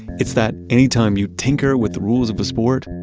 it's that anytime you tinker with the rules of a sport,